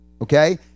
Okay